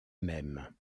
même